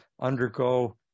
undergo